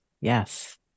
yes